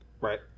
right